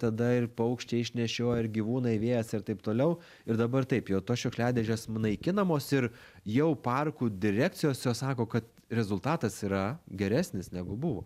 tada ir paukščiai išnešioja ir gyvūnai vėjas ir taip toliau ir dabar taip jau tos šiukšliadėžės naikinamos ir jau parkų direkcijose sako kad rezultatas yra geresnis negu buvo